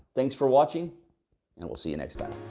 thanks for watching and we'll see you next time.